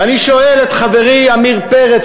ואני שואל את חברי עמיר פרץ,